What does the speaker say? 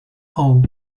hall